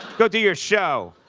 go do your show!